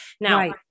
Now